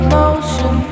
motion